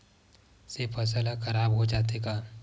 से फसल ह खराब हो जाथे का?